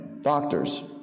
Doctors